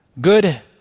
good